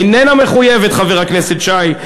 איננה מחויבת, חבר הכנסת שי.